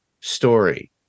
story